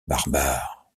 barbare